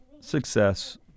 success